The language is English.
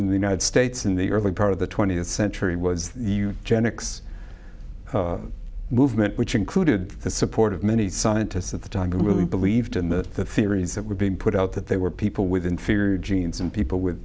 in the united states in the early part of the twentieth century was you janet movement which included the support of many scientists at the time who really believed in the theories that were being put out that they were people with inferior genes and people with